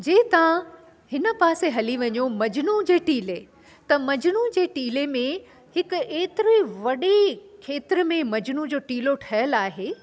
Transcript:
जे तव्हां हिन पासे हली वञो मजनू जे टीले त मजनू जे टीले में हिकु एतिरी वॾे खेत्र में मजनू जो टीलो ठहियल आहे